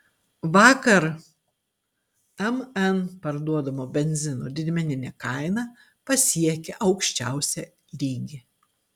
vakar mn parduodamo benzino didmeninė kaina pasiekė aukščiausią lygį